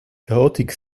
chaotic